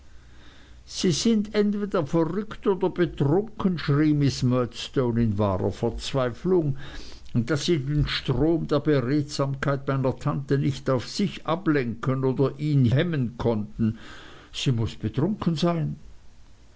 sie ist entweder verrückt oder betrunken schrie miß murdstone in wahrer verzweiflung daß sie dem strom der beredsamkeit meiner tante nicht auf sich ablenken oder ihn hemmen konnte sie muß betrunken sein